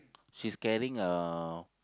she's carrying a